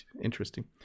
interesting